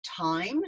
time